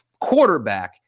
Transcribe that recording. quarterback